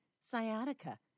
sciatica